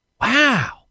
Wow